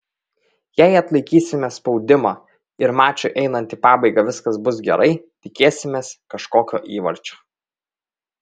jei atlaikysime spaudimą ir mačui einant į pabaigą viskas bus gerai tikėsimės kažkokio įvarčio